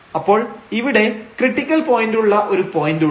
അപ്പോൾ ഇവിടെ ക്രിട്ടിക്കൽ പോയന്റുള്ള ഒരു പോയന്റ് ഉണ്ട്